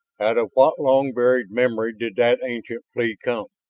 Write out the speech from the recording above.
out of what long-buried memory did that ancient plea come?